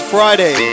Friday